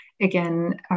again